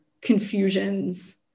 confusions